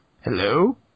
Hello